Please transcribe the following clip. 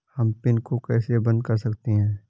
हम पिन को कैसे बंद कर सकते हैं?